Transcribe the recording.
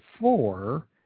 four